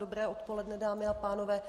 Dobré odpoledne, dámy a pánové.